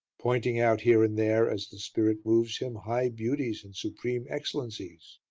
pointing out here and there, as the spirit moves him, high beauties and supreme excellencies,